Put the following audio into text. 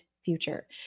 future